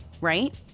Right